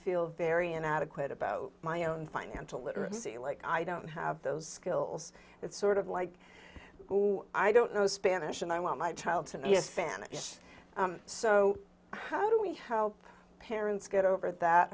feel very inadequate about my own financial literacy like i don't have those skills it's sort of like i don't know spanish and i want my child to be a fan so how do we help parents get over that